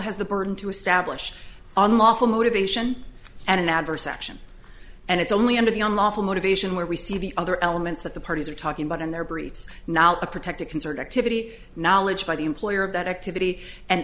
has the burden to establish unlawful motivation and an adverse action and it's only under the unlawful motivation where we see the other elements that the parties are talking about in their briefs not a protected concert activity knowledge by the employer of that activity and